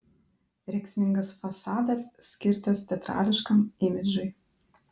rėksmingas fasadas skirtas teatrališkam imidžui